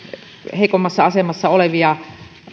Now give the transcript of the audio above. heikommassa asemassa olevia